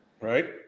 Right